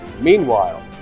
Meanwhile